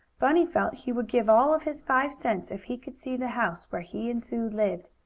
bunny felt he would give all of his five cents if he could see the house where he and sue lived.